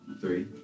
three